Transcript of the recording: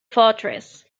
fortress